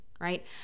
right